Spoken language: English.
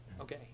Okay